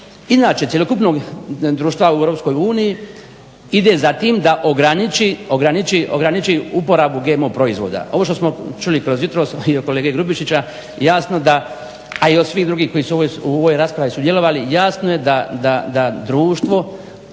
inače cjelokupnog društva u EU ide za tim da ograniči uporabu GMO proizvoda. Ovo što smo čuli kroz jutros i od kolege Grubišića jasno da a i od